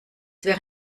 wäre